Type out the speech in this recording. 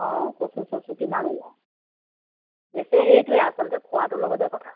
অঁ কচু চচু কিমান ওলায় পিছে সেইটোৱে আচলতে খোৱাটোৰ লগতে কথা